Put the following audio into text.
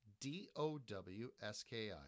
D-O-W-S-K-I